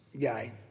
guy